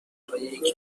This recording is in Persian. روایتهای